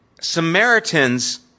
Samaritans